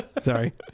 sorry